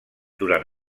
durant